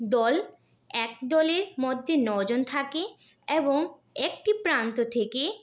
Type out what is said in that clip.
দল এক দলের মধ্যে নজন থাকে এবং একটি প্রান্ত থেকে